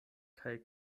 kaj